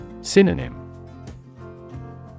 Synonym